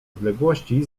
odległości